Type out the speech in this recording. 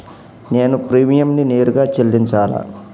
నేను ప్రీమియంని నేరుగా చెల్లించాలా?